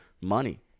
money